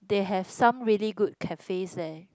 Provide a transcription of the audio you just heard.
they have some really good cafes there